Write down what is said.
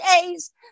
days